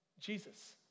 Jesus